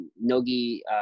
Nogi